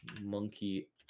monkey